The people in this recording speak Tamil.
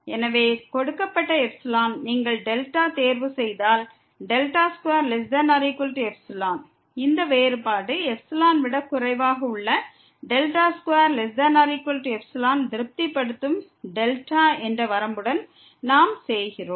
எனவே கொடுக்கப்பட்ட εக்கு நீங்கள் δ தேர்வு செய்தால் 2≤ϵ இந்த வேறுபாடு ε விட குறைவாக உள்ள 2≤ϵ ஐ திருப்திப்படுத்தும் δ என்ற வரம்புடன் நாம் செய்கிறோம்